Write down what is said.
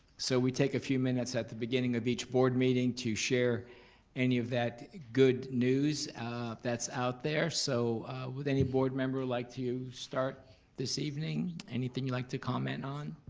so we take a few minutes at the beginning of each board meeting to share any of that good news that's out there so would any board member like to start this evening, anything you like to comment on?